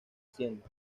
haciendo